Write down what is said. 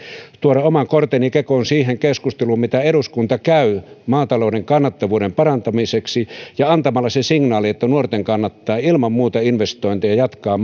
tuoda oman korteni kekoon siihen keskusteluun mitä eduskunta käy maatalouden kannattavuuden parantamiseksi ja antamalla sen signaalin että nuorten kannattaa ilman muuta investointeja jatkaa